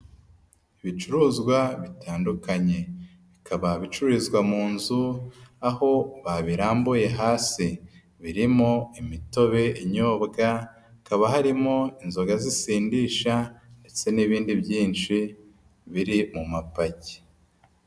Ibicuruzwa bitandukanye bikaba bicururizwa mu nzu, aho babirambuye hasi birimo imitobe inyobwa, hakaba harimo inzoga zisindisha ndetse n'ibindi byinshi biri mu mapaki.